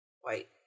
white